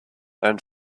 and